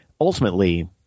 ultimately